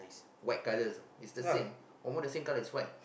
white colours is the same almost the same colour it's white